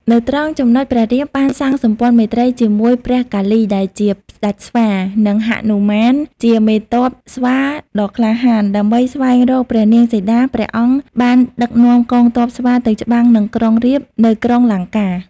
នៅត្រង់ចំណុចព្រះរាមបានសាងសម្ព័ន្ធមេត្រីជាមួយព្រះកាលីដែរជា ស្ដេចស្វា និងហនុមានជាមេទ័ពស្វាដ៏ក្លាហាន ដើម្បីស្វែងរកព្រះនាងសីតា ព្រះអង្គបានដឹកនាំកងទ័ពស្វាទៅច្បាំងនឹងក្រុងរាពណ៍នៅក្រុងលង្កា ។